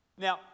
Now